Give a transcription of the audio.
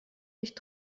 nicht